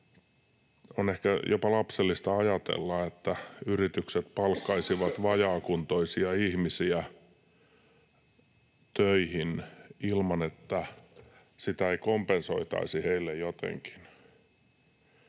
on ehkä jopa lapsellista ajatella, että yritykset palkkaisivat vajaakuntoisia ihmisiä töihin ilman, että sitä kompensoitaisiin niille jotenkin.